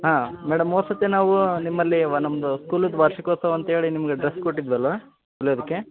ಹಾಂ ಮೇಡಮ್ ಹೋದ ಸರ್ತಿ ನಾವು ನಿಮ್ಮಲ್ಲಿವ ನಮ್ಮದು ಸ್ಕೂಲಿದ್ದು ವಾರ್ಷಿಕೋತ್ಸವ ಅಂಥೇಳಿ ನಿಮಗೆ ಡ್ರಸ್ ಕೊಟ್ಟಿದ್ದೆವಲ್ವ ಹೊಲೆಯೋದಕ್ಕೆ